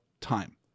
time